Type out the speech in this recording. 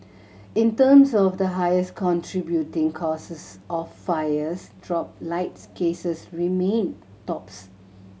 in terms of the highest contributing causes of fires dropped lights cases remained tops